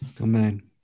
Amen